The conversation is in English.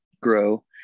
grow